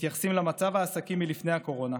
מתייחסים למצב העסקים מלפני הקורונה,